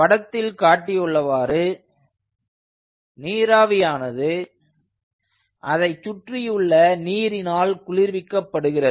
படத்தில் காட்டியுள்ளவாறு நீராவியானது அதைச் சுற்றியுள்ள நீரினால் குளிர்விக்கப்படுகிறது